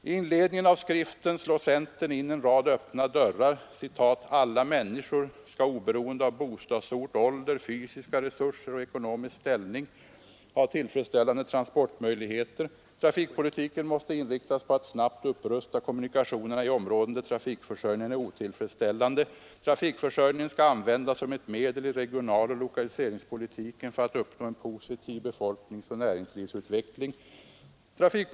I inledningen av skriften slår centern in en rad öppna dörrar: ”Alla människor skall, oberoende av bostadsort, ålder, fysiska resurser och ekonomisk ställning, ha tillfredsställande transportmöjligheter -—— Trafikpolitiken måste inriktas på att snabbt upprusta kommunikationerna i områden där trafikförsörjningen är otillfredsställande. —— Trafikpolitiken skall användas som ett medel i regionaloch lokaliseringspolitiken för att uppnå en positiv befolkningsoch näringslivsutveckling i alla regioner i landet.